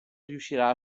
riuscirà